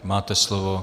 Máte slovo.